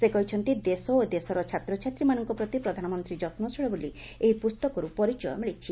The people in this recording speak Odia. ସେ କହିଛନ୍ତି ଦେଶ ଓ ଦେଶର ଛାତ୍ରଛାତ୍ରୀମାନଙ୍କ ପ୍ରତି ପ୍ରଧାନମନ୍ତ୍ରୀ ଯତ୍ନଶୀଳ ବୋଲି ଏହି ପୁସ୍ତକର୍ ପରିଚୟ ମିଳିଛି